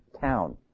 town